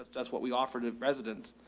that's that's what we offer to residents,